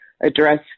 address